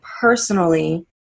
personally